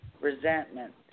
resentment